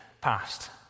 passed